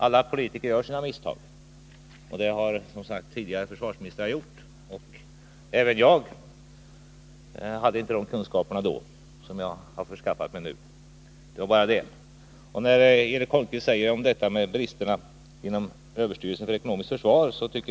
Alla politiker gör sina misstag, och det har tidigare försvarsministrar också gjort. Inte heller jag hade då de kunskaper som jag nu förskaffat mig. Eric Holmqvist talade om bristerna inom överstyrelsen för ekonomiskt försvar.